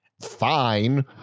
fine